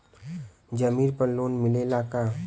जमीन पर लोन मिलेला का?